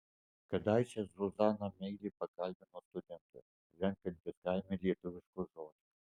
kadaise zuzaną meiliai pakalbino studentas renkantis kaime lietuviškus žodžius